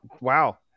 Wow